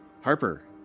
Harper